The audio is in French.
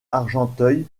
argenteuil